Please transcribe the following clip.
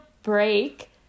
break